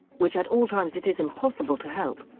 which at all times it is impossible to help,